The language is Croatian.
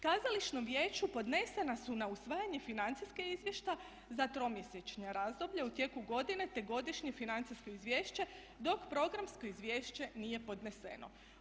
Kazališnom vijeću podnesena su na usvajanje financijska izvješća za tromjesečno razdoblje u tijeku godine, te godišnje financijsko izvješće dok programsko izvješće nije podneseno.